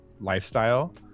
lifestyle